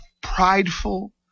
prideful